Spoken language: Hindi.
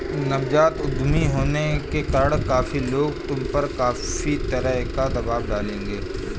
नवजात उद्यमी होने के कारण काफी लोग तुम पर काफी तरह का दबाव डालेंगे